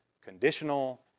conditional